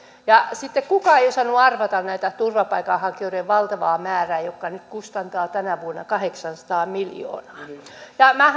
ja sitten kukaan ei osannut arvata näiden turvapaikanhakijoiden valtavaa määrää jotka nyt kustantavat tänä vuonna kahdeksansataa miljoonaa minä